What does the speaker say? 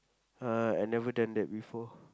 uh I never done that before